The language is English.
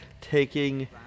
taking